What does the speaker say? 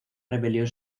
rebelión